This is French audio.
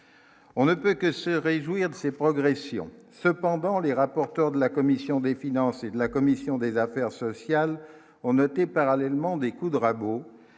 on ne peut que se réjouir de ces progressions cependant les rapporteurs de la commission des finances et de la commission des affaires sociales on noté parallèlement des de rabot